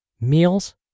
meals